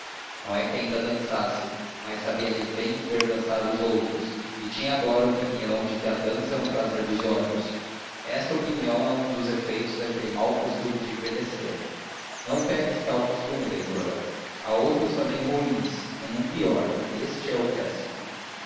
não é que ainda dançasse mas sabia lhe bem ver dançar os outros e tinha agora a opinião de que a dança é um prazer dos olhos esta opinião é um dos efeitos daquele mau costume de envelhecer não pegues tal costume leitora há outros também ruins nenhum pior este é o péssimo